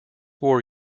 war